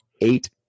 eight